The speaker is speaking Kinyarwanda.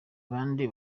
bande